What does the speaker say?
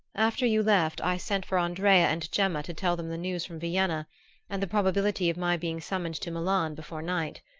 after you left i sent for andrea and gemma to tell them the news from vienna and the probability of my being summoned to milan before night.